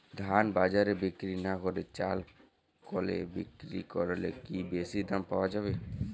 ধান বাজারে বিক্রি না করে চাল কলে বিক্রি করলে কি বেশী দাম পাওয়া যাবে?